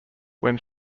when